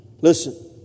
Listen